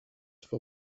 for